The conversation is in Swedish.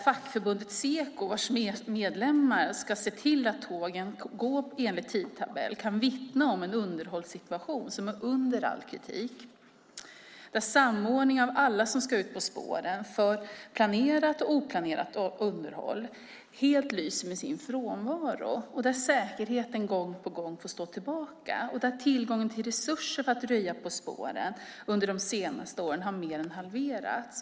Fackförbundet Seko, vars medlemmar ska se till att tågen går enligt tidtabell, kan vittna om en underhållssituation som är under all kritik, där samordning av alla som ska ut på spåren för planerat och oplanerat underhåll helt lyser med sin frånvaro, där säkerheten gång på gång får stå tillbaka och där tillgången på resurser för att röja på spåren under de senaste åren har mer än halverats.